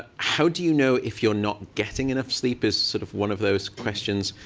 how do you know if you're not getting enough sleep is sort of one of those questions.